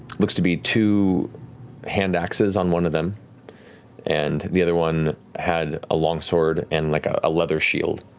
looks to be two handaxes on one of them and the other one had a long sword and like ah a leather shield.